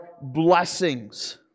blessings